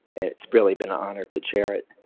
it's really been an honor to chair it.